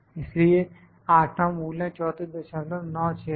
इसलिए आठवां मूल्य 3496 है